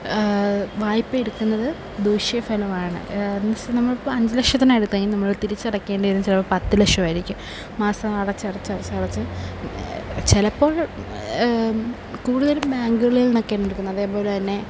വായ്പയെടുക്കുന്നത് ദൂഷ്യഫലമാണ് മീന്സ് നമ്മളിപ്പം അഞ്ച് ലക്ഷത്തിനാണ് എടുത്തതെങ്കിൽ നമ്മള് തിരിച്ചടക്കേണ്ടി വരുന്ന ചിലപ്പം പത്ത് ലക്ഷമായിരിക്കും മാസം അടച്ചടച്ചടച്ചടച്ച് ചിലപ്പോൾ കൂടുതലും ബാങ്കുകളില് നിന്നൊക്കെയാണെടുക്കുന്നത് അതേപോലെ തന്നെ